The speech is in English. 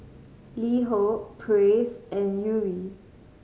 LiHo Praise and Yuri